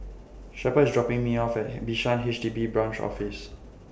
Shepherd IS dropping Me off At Bishan H D B Branch Office